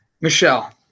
Michelle